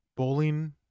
Bowling